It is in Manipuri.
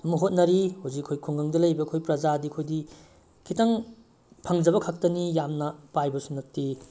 ꯑꯗꯨꯝ ꯍꯣꯠꯅꯔꯤ ꯍꯧꯖꯤꯛ ꯑꯩꯈꯣꯏ ꯈꯨꯡꯒꯪꯗ ꯂꯩꯕ ꯑꯩꯈꯣꯏ ꯄ꯭ꯔꯖꯥꯗꯤ ꯑꯩꯈꯣꯏꯗꯤ ꯈꯤꯇꯪ ꯐꯪꯖꯕꯈꯛꯇꯅꯤ ꯌꯥꯝꯅ ꯄꯥꯏꯕꯁꯨ ꯅꯠꯇꯦ